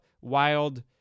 wild